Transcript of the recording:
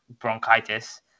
bronchitis